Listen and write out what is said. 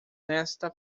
nesta